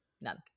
None